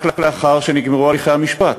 רק לאחר שנגמרו הליכי המשפט,